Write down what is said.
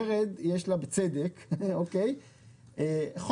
ולוורד יש בצדק --- נצא ראש.